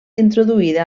introduïda